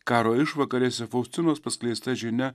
karo išvakarėse faustinos paskleista žinia